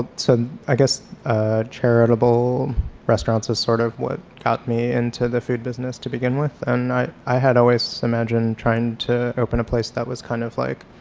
so i guess charitable restaurants is sort of what got me into the food business to begin with and i i had always imagined trying to open a place that was kind of like